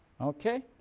okay